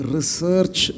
Research